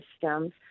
systems